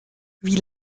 wie